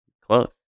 close